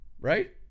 right